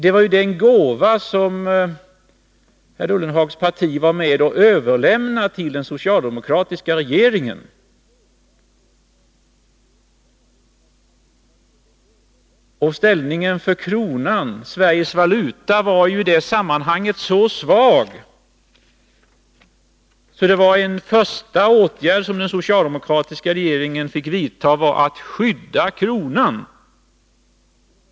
Det var den gåva som herr Ullenhags parti var med och överlämnade till den socialdemokratiska regeringen. Ställningen för kronan, Sveriges valuta, var i det sammanhanget så svag att den första åtgärd som den socialdemokratiska regeringen fick vidta var att skydda kronan.